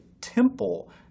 temple